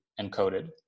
encoded